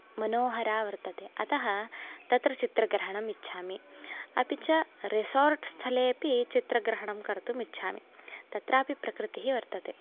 मनोहरा वर्तते अतः तत्र चित्रग्रहणम् इच्छामि अपि च रेसोर्ट् स्थले अपि चित्रग्रहणं कर्तुम् इच्छामि तत्रापि प्रकृतिः वर्तते